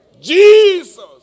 Jesus